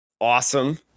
Awesome